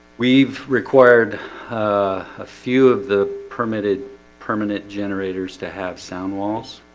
we've required a few of the permitted permanent generators to have sound walls